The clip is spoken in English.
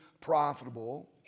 profitable